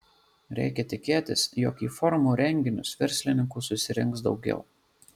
reikia tikėtis jog į forumo renginius verslininkų susirinks daugiau